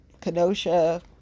Kenosha